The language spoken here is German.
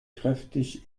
kräftig